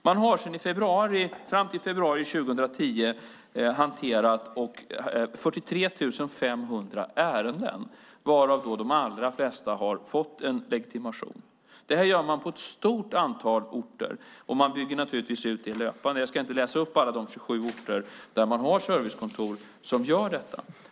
Man har fram till februari 2010 hanterat 43 500 ärenden, och de allra flesta har fått legitimation. Det här gör man på ett stort antal orter, och man bygger naturligtvis ut det löpande. Jag ska inte läsa upp alla de 27 orter där man har servicekontor som gör detta.